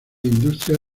industria